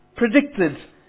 predicted